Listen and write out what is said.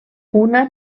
una